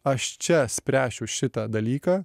aš čia spręsčiau šitą dalyką